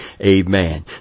Amen